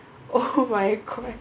oh my god